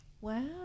Wow